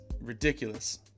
ridiculous